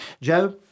Joe